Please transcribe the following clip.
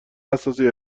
اساسی